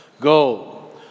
Go